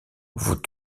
vous